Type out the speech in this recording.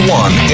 one